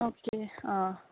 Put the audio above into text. okay आं